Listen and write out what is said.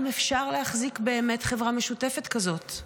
האם אפשר להחזיק באמת חברה משותפת כזאת?